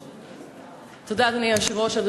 תודה, אדוני היושב-ראש.